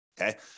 okay